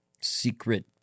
secret